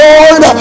Lord